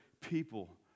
people